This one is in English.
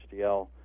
HDL